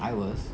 I was